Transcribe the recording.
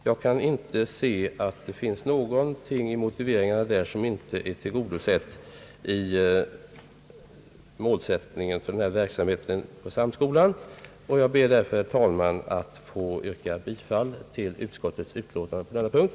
Jag kan inte se att det finns någonting i motiveringarna där, som inte är tillgodosett i målsättningen för denna verksamhet i Samskolan, och jag ber därför, herr talman, att få yrka bifall till utskottets utlåtande under denna punkt.